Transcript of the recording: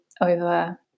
over